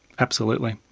absolutely.